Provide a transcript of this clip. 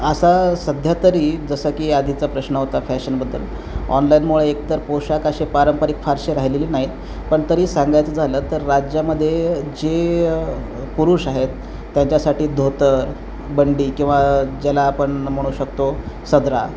असा सध्या तरी जसं की आधीचा प्रश्न होता फॅशनबद्दल ऑनलाईनमुळे एकतर पोशाख असे पारंपरिक फारसे राहिलेले नाहीत पण तरी सांगायचं झालं तर राज्यामध्ये जे पुरुष आहेत त्यांच्यासाठी धोतर बंडी किंवा ज्याला आपण म्हणू शकतो सदरा